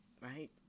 Right